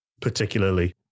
particularly